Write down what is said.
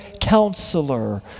counselor